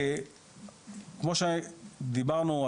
כמו שדיברנו,